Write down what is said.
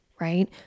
right